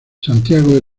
santiago